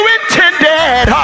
intended